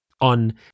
on